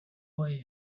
boy